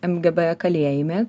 mgb kalėjime